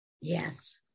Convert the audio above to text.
Yes